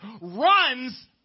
runs